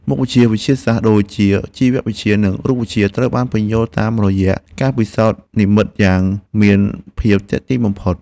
មុខវិជ្ជាវិទ្យាសាស្ត្រដូចជាជីវវិទ្យា និងរូបវិទ្យាត្រូវបានពន្យល់តាមរយៈការពិសោធន៍និម្មិតយ៉ាងមានភាពទាក់ទាញបំផុត។